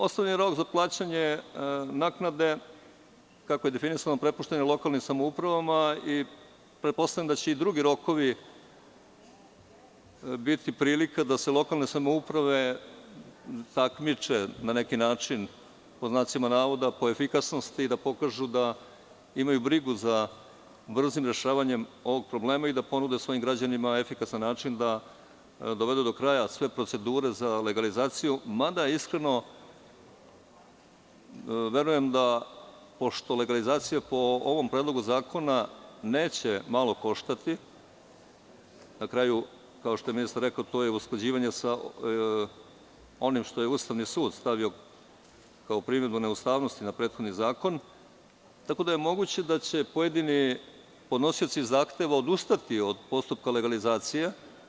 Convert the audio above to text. Ostavljen rok za plaćanje naknade, kako je definisano, prepušten je lokalnim samouprava i pretpostavljam da će i drugi rokovi biti prilika da se lokalne samouprave takmiče, na neki način, pod znacima navoda, po efikasnosti, da pokažu da imaju brigu za brzim rešavanjem ovog problema i da ponude svojim građanima na efikasan način da dovedu do kraja sve procedure za legalizaciju, mada, iskreno verujem da, pošto legalizacija, po ovom predlogu zakona, neće malo koštati, na kraju, kao što je ministar rekao, to je usklađivanje sa onim što je Ustavni sud stavio kao primedbu neustavnosti na prethodni zakon, tako da je moguće da će pojedini podnosioci zahteva odustati od postupka legalizacije.